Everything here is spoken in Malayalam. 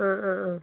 അ ആ ആ